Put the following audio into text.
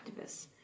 activists